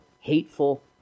hateful